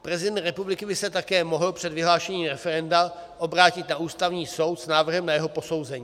Prezident republiky by se také mohl před vyhlášením referenda obrátit na Ústavní soud s návrhem na jeho posouzení.